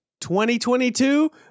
2022